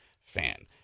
fan